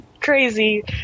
crazy